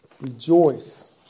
Rejoice